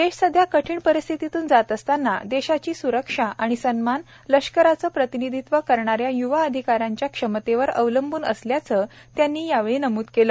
देश सध्या कठीण परिस्थीतून जात असताना देशाची स्रक्षा आणि सन्मान लष्काराचं प्रतिनिधित्त्व करणाऱ्या य्वा अधिकाऱ्यांच्या क्षमतेवर अवलंबून असल्याचं त्यांनी यावेळी नम्द केलं